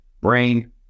brain